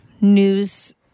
news